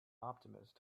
optimist